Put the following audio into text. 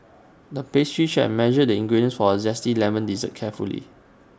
the pastry chef measured the ingredients for A Zesty Lemon Dessert carefully